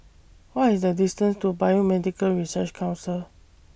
What IS The distance to Biomedical Research Council